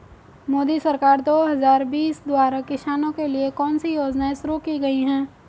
मोदी सरकार दो हज़ार बीस द्वारा किसानों के लिए कौन सी योजनाएं शुरू की गई हैं?